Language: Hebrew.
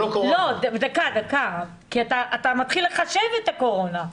כי אתה מתחיל לחשב את הקורונה,